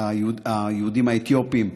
היהודים האתיופים,